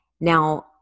Now